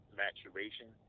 maturation